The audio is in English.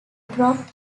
broke